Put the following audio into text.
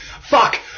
fuck